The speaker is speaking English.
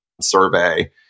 survey